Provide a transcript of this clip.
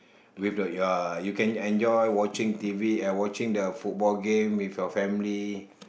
with the you are you can enjoy watching t_v watching the football game with your family